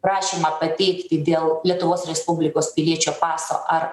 prašymą pateikti dėl lietuvos respublikos piliečio paso ar